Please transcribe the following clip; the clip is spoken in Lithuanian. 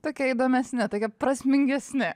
tokia įdomesne tokia prasmingesne